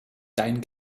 dein